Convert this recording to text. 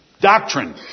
doctrine